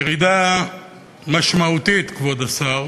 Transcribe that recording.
ירידה משמעותית, כבוד השר.